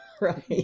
right